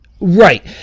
right